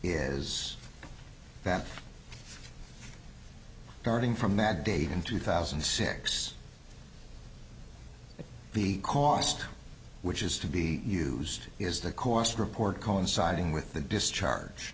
is that starting from that date in two thousand and six the cost which is to be used is the cost report coinciding with the discharge